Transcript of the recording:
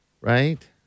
right